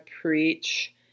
preach